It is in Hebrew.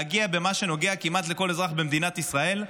להגיע למה שנוגע כמעט לכל אזרח במדינת ישראל,